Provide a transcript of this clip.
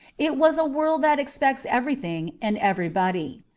it was a world that expects everything and everybody.